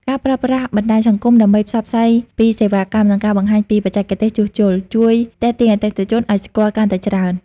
ការប្រើប្រាស់បណ្តាញសង្គមដើម្បីផ្សព្វផ្សាយពីសេវាកម្ម និងការបង្ហាញពីបច្ចេកទេសជួសជុល ជួយទាក់ទាញអតិថិជនឱ្យស្គាល់កាន់តែច្រើន។